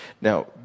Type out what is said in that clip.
Now